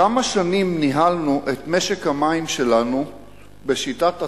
כמה שנים ניהלנו את משק המים שלנו ב"שיטת הטוטו"